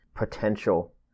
potential